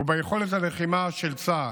וביכולת הלחימה של צה"ל.